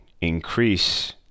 increase